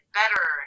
better